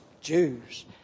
Jews